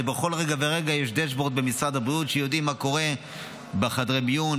בכל רגע ורגע יש דשבורד במשרד הבריאות שבו יודעים מה קורה בחדרי מיון,